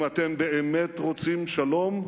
אם אתם באמת רוצים שלום,